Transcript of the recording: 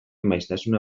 maiztasuna